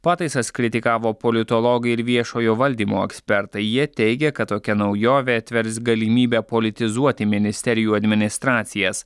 pataisas kritikavo politologai ir viešojo valdymo ekspertai jie teigia kad tokia naujovė atvers galimybę politizuoti ministerijų administracijas